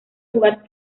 jugar